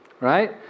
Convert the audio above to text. right